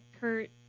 kurt